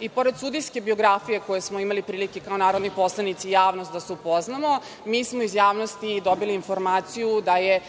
I pored sudijske biografije koju smo imali prilike kao narodni poslanici i javnost da se upoznamo, mi smo iz javnosti dobili informaciju da je